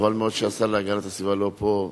חבל מאוד שהשר להגנת הסביבה לא פה,